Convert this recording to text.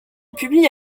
publie